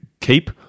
keep